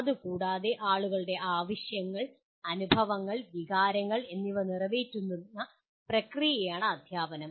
അതുകൂടാതെ ആളുകളുടെ ആവശ്യങ്ങൾ അനുഭവങ്ങൾ വികാരങ്ങൾ എന്നിവ നിറവേറ്റുന്ന പ്രക്രിയയാണ് അദ്ധ്യാപനം